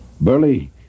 Burley